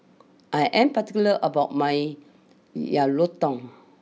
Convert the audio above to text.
I am particular about my Yang Rou Tang